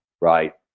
right